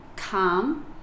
calm